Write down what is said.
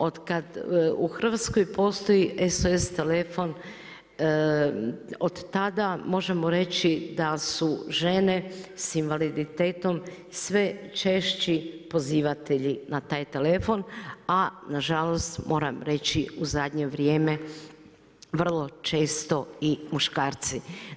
Od kad u Hrvatskoj postoji SOS telefon, od tada možemo reći da su žene s invaliditetom sve češći pozivatelji na taj telefon, a nažalost moram reći u zadnje vrijeme, vrlo često i muškarci.